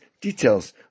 details